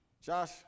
Josh